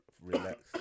relax